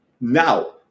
Now